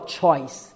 choice